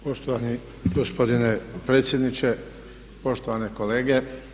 Poštovani gospodine predsjedniče, poštovane kolege.